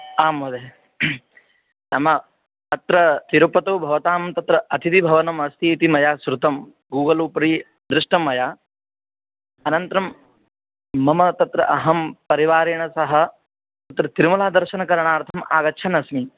आं महोदय नाम अत्र तिरुपतौ भवतां तत्र अतिथिभवनमस्ति इति मया श्रुतं गूगल् उपरि दृष्टं मया अनन्तरं मम तत्र अहं परिवारेण सह तत्र तिरुमलादर्शनकरणार्थम् आगच्छन् अस्मि